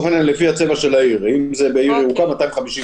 לפי הצבע של העיר אם זה בעיר ירוקה, 250 איש.